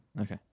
Okay